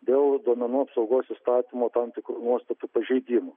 dėl duomenų apsaugos įstatymo tam tikrų nuostatų pažeidimų